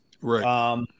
Right